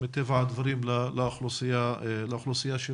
בבקשה.